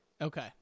Okay